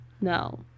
No